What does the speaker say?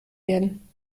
werden